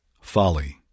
folly